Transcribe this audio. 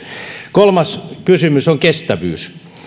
kolmas kysymys on kestävyys